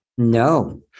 No